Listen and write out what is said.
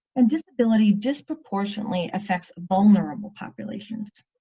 and disability disproportionately affects vulnerable populations.